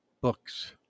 books